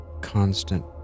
constant